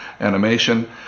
animation